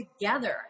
together